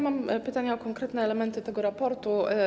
Mam pytanie o konkretne elementy tego raportu.